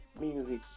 music